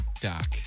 doc